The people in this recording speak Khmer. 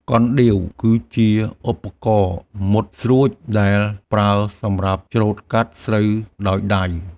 កណ្ដៀវគឺជាឧបករណ៍មុតស្រួចដែលប្រើសម្រាប់ច្រូតកាត់ស្រូវដោយដៃ។